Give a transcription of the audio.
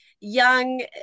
young